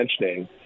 mentioning